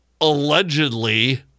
allegedly